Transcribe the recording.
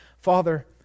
Father